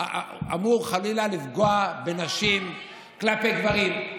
שאמור, חלילה, לפגוע בנשים כלפי גברים.